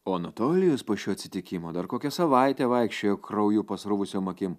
o anatolijus po šio atsitikimo dar kokią savaitę vaikščiojo krauju pasruvusiom akim